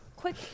Quick